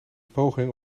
poging